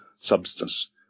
substance